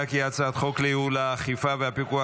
ההצעה להעביר את הצעת חוק לייעול האכיפה והפיקוח